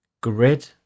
grid